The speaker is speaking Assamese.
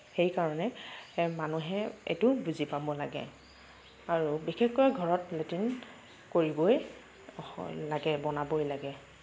সেইকাৰণে মানুহে এইটো বুজি পাব লাগে আৰু বিশেষকৈ ঘৰত লেট্ৰিন কৰিবই লাগে বনাবই লাগে